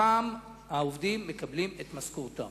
הפעם העובדים מקבלים את משכורתם.